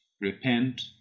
repent